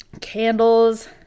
candles